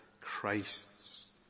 Christ's